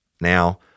Now